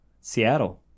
Seattle